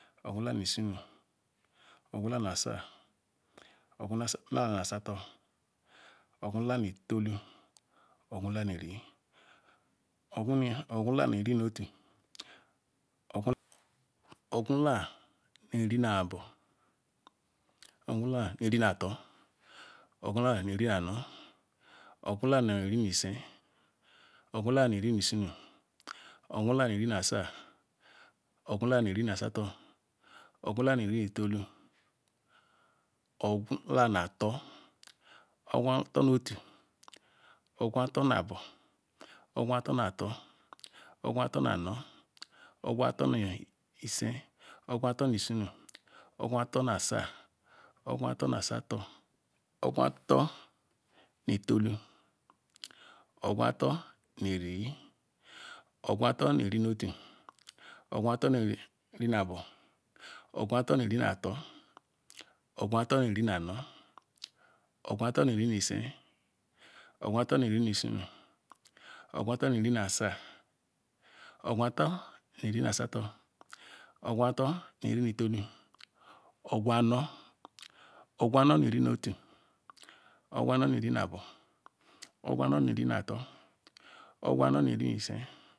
ogwuleru nu isienu ogwuleru nu asa ogwuleru nu asato ogwuleru nu folu ogwuleru nu riz ogwuleru nu riz nwoto ogwuleru nu riz na abo ogwuleru nu riz na ato ogwuleru nu riz na ano ogwuleru nu riz nu esie ogwuleru nu riz nu isena ogwuleru nu riz na ata ogwuleru nu riz na afoto ogwuleru nu riz nu etola ogulara nu ato ogwu ato nu otu ogwu ato nu abo ogwu ato nu ato ogwu ato nu ano ogwu ato nu isie ogwu ato nu islenu ogwu ato nu asa ogwu ato nu asato ogwu ato nu etolu ogwu ato nu riz ogwu ato nu rie nu otu ogwu ato nu rie nu abo ogwu ato nu rie na ato ogwu ato nu rie na ano ogwu ato nu rie nu isk ogwu ato nu rie nu isiena ogwu ato nu rie na afa ogwu ato nu rie na afato ogwu ato nu rie na etolu ogwu aro ogwu aro nu riz nu otu ogwu aro nu riz na abo ogwu aro nu riz na ato ogwu aro nu re na aro ogwu aro nu re nu esk